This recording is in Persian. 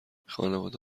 خانواده